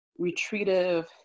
retreative